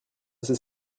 assez